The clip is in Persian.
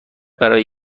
برای